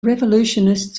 revolutionists